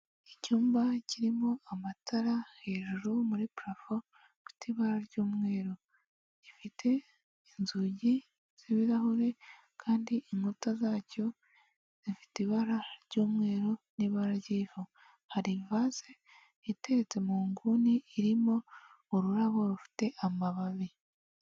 Icyumba kirimo amatara hejuru muri parafo ifite ibara ry'umweru. Gifite inzugi z'ibirahure, kandi inkuta zacyo zifite ibara ry'umweru n'ibara ry'ivu. Hari ivaze iteretse mu nguni, irimo ururabo rufite amababi.